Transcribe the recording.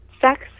sex